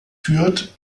führt